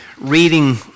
reading